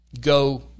go